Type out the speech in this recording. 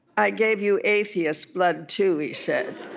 i gave you atheist blood, too he said.